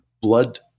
blood